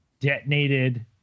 Detonated